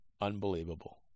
unbelievable